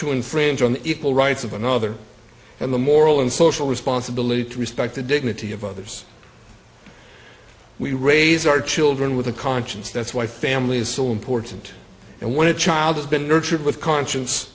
to infringe on the equal rights of another and the moral and social responsibility to respect the dignity of others we raise our children with a conscience that's why family is so important and when a child has been nurtured with conscience